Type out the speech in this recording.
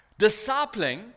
Discipling